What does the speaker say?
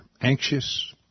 anxious